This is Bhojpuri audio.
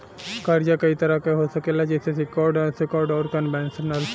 कर्जा कई तरह क हो सकेला जइसे सेक्योर्ड, अनसेक्योर्ड, आउर कन्वेशनल